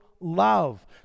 love